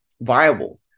viable